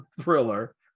thriller